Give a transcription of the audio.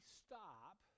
stop